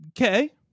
okay